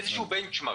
איזשהו בנצ'מרק.